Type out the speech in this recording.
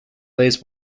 lays